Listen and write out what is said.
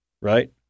right